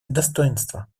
достоинства